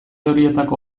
horietako